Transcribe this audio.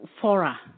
fora